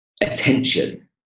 attention